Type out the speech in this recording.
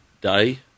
day